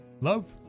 Love